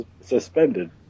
suspended